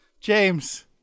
James